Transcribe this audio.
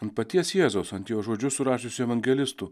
ant paties jėzaus ant jo žodžius surašiusių evangelistų